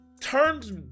turns